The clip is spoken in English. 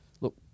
Look